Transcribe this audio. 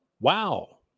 Wow